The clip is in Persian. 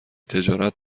تجارت